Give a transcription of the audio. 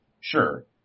sure